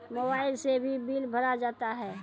Mobile से भी bill भरा जाता हैं?